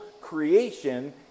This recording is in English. creation